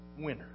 winner